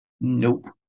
Nope